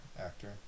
actor